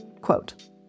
quote